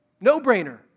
No-brainer